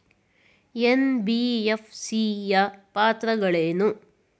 NBFC ಯ ಪಾತ್ರಗಳೇನು?